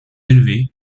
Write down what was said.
élevé